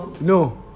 No